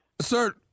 Sir